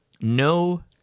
no